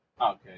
Okay